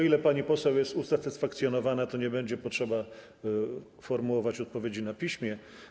Jeśli pani poseł jest usatysfakcjonowana, to nie będzie trzeba formułować odpowiedzi na piśmie.